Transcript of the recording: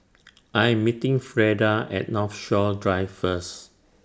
I Am meeting Freida At Northshore Drive First